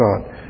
God